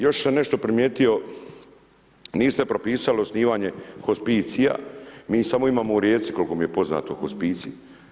Još sam nešto primijetio, niste propisali osnivanje hospicija, mi samo imamo u Rijeci koliko mi je poznato hospicij.